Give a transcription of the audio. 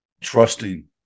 trusting